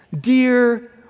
dear